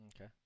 okay